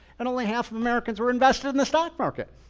and only half of americans were investing in the stock market.